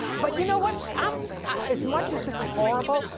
but you know what? um as much as this is horrible,